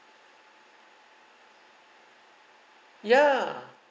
ya